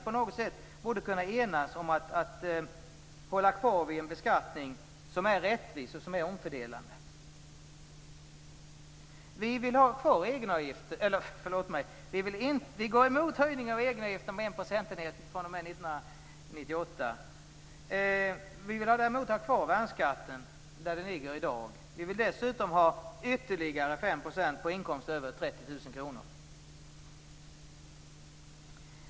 På något sätt borde vi kunna enas om att hålla fast vid en rättvis och omfördelande beskattning. Vi går emot höjningen av egenavgiften med en procentenhet från och med 1998. Däremot vill vi ha kvar värnskatten på den nivå den ligger i dag. Vi vill dessutom ha ytterligare 5 % skatt på inkomster över 30 000 kronor.